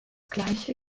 gleiche